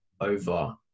over